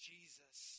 Jesus